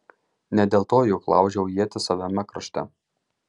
ne dėl to juk laužiau ietis savame krašte